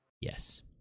Yes